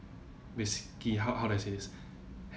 basically how how do I say this